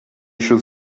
should